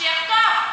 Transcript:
שיחטוף,